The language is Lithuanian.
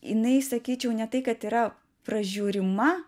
jinai sakyčiau ne tai kad yra pražiūrima